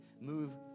move